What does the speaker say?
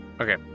Okay